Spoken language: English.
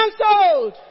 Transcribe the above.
Cancelled